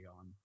on